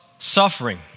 suffering